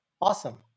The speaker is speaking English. Awesome